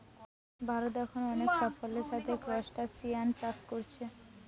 ভারত এখন অনেক সাফল্যের সাথে ক্রস্টাসিআন চাষ কোরছে